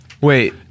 wait